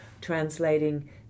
translating